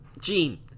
Gene